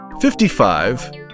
fifty-five